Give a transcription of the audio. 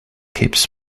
keeps